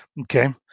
Okay